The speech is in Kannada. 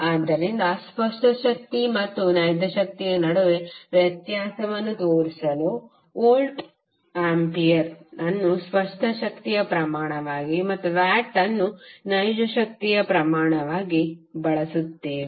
ಆದ್ದರಿಂದ ಸ್ಪಷ್ಟ ಶಕ್ತಿ ಮತ್ತು ನೈಜ ಶಕ್ತಿಯ ನಡುವೆ ವ್ಯತ್ಯಾಸವನ್ನು ತೋರಿಸಲು ವೋಲ್ಟ್ ಆಂಪಿಯರ್ ಅನ್ನು ಸ್ಪಷ್ಟ ಶಕ್ತಿಯ ಪ್ರಮಾಣವಾಗಿ ಮತ್ತು ವ್ಯಾಟ್ ಅನ್ನು ನೈಜ ಶಕ್ತಿಯ ಪ್ರಮಾಣವಾಗಿ ಬಳಸುತ್ತೇವೆ